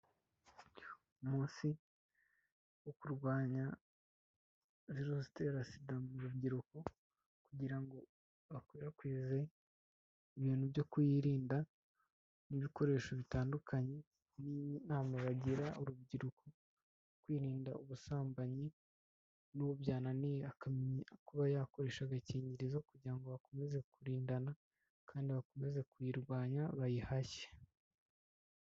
Umunsi wo kurwanya virusi itera SIDA mu rubyiruko kugira ngo bakwirakwize ibintu byo kuyirinda n'ibikoresho bitandukanye n'inama bagira urubyiruko, kwirinda ubusambanyi n'uwo byananiye akamenya kuba yakoresha agakingirizo kugira ngo bakomeze kurindana kandi bakomeze kuyirwanya bayihashye.